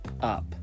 up